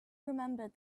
remembered